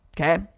okay